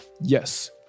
yes